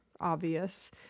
obvious